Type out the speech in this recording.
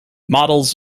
models